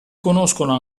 conoscono